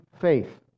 faith